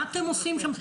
מה אתם עושים שם?